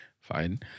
fine